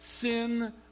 sin